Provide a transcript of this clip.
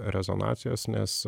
rezonacijos nes